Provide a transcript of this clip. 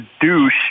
douche